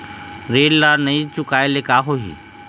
ऋण ला नई चुकाए ले का होही?